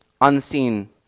unseen